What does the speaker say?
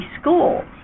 schools